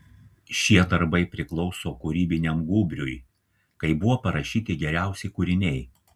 šie darbai priklauso kūrybiniam gūbriui kai buvo parašyti geriausi kūriniai